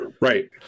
right